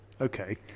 Okay